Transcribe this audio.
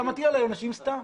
אתה מטיל עליי עונשים סתם.